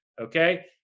Okay